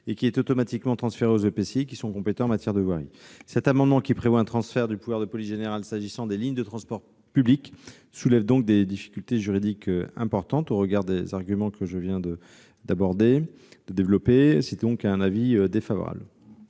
et qui est automatiquement transféré aux EPCI qui sont compétents en matière de voirie. Cet amendement, qui prévoit un transfert du pouvoir de police générale s'agissant des lignes de transport public soulève donc des difficultés juridiques importantes. C'est pourquoi la commission a émis un avis défavorable.